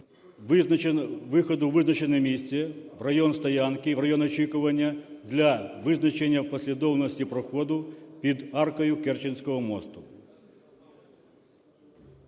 виходу у визначене місце в район стоянки і в район очікування для визначення послідовності проходу під аркою Керченського мосту.